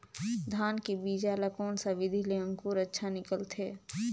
धान के बीजा ला कोन सा विधि ले अंकुर अच्छा निकलथे?